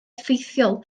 ffeithiol